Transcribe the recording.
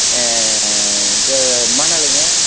மணலுங்க